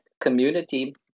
community